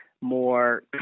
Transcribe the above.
more